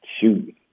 shoot